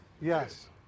Yes